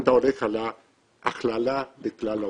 אתה הולך על ההכללה לכלל האוכלוסייה.